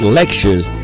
lectures